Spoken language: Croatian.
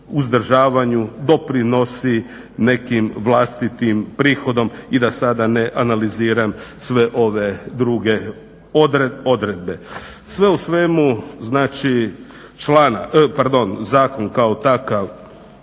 uzdržavanju doprinosi nekim vlastitim prihodom i da sada ne analiziram sve ove druge odredbe. Sve u svemu, znači pardon zakon kao takav